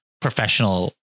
professional